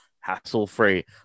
hassle-free